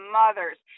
mothers